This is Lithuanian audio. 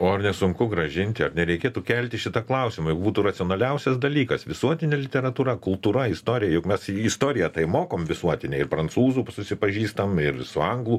o ar nesunku grąžinti ar nereikėtų kelti šitą klausimą juk būtų racionaliausias dalykas visuotinė literatūra kultūra istorija juk mes į istoriją tai mokom visuotinę ir prancūzų susipažįstam ir su anglų